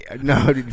No